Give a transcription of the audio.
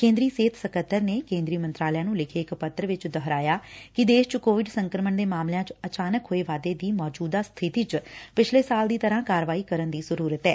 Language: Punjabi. ਕੇਦਰੀ ਸਿਹਤ ਸਕੱਤਰ ਨੇ ਕੇਦਰੀ ਮੰਤਰਾਲਿਆਂ ਨੂੰ ਲਿਖੇ ਇਕ ਪੱਤਰ ਵਿਚ ਦੋਹਰਾਇਐ ਕਿ ਦੇਸ਼ ਚ ਕੋਵਿਡ ਸੰਕਰਮਣ ਦੇ ਮਾਮਲਿਆਂ ਚ ਅਚਾਨਕ ਹੋਏ ਵਾਧੇ ਦੀ ਮੌਜੁਦਾ ਸਬਿਤੀ ਚ ਪਿਛਲੇ ਸਾਲ ਦੀ ਤਰ੍ਹਾਂ ਕਾਰਵਾਈ ਕਰਨ ਦੀ ਜ਼ਰੂਰਤ ਐ